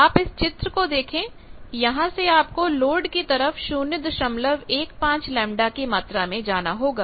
आप इस चित्र को देखें यहां से आपको लोड की तरफ 015λ की मात्रा में जाना होगा